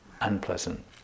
unpleasant